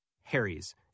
Harry's